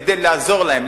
כדי לעזור להם,